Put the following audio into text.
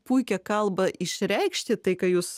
puikią kalbą išreikšti tai ką jūs